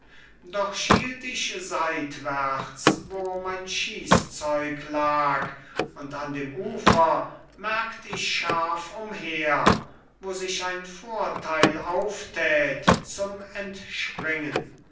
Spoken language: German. doch schielt ich seitwärts wo mein schiesszeug lag und an dem ufer merkt ich scharf umher wo sich ein vorteil auftät zum entspringen